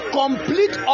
complete